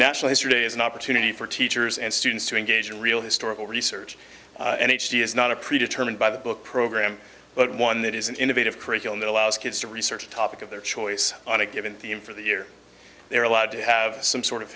national history day is an opportunity for teachers and students to engage in real historical research and h d is not a pre determined by the book program but one that is an innovative curriculum that allows kids to research a topic of their choice on a given the in for the year they're allowed to have some sort of